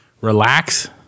relax